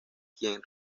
quien